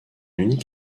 unique